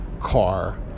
car